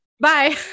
Bye